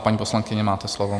Paní poslankyně, máte slovo.